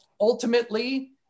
Ultimately